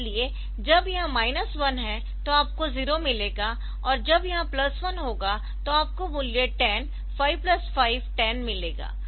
इसलिए जब यह माइनस 1 है तो आपको 0 मिलेगा और जब यह प्लस 1 होगा तो आपको मूल्य 10 5 प्लस 5 10 मिलेगा